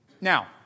Now